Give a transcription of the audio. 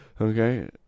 Okay